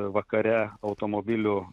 vakare automobilių